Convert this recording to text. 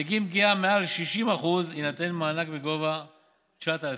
בגין פגיעה מעל 60% יינתן מענק בגובה 9,000 שקל,